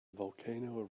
volcano